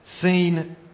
seen